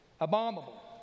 abominable